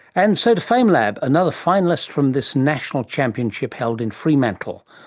and so to famelab, another finalist from this national championship held in fremantle,